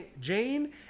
Jane